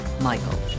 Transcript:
Michael